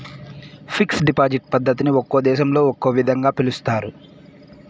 fixed deposit పద్ధతిని ఒక్కో దేశంలో ఒక్కో విధంగా పిలుస్తారు